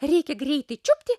reikia greitai čiupti